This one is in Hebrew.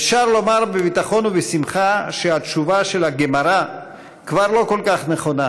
אפשר לומר בביטחון ובשמחה שהתשובה של הגמרא כבר לא כל כך נכונה.